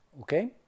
Okay